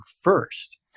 first